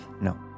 No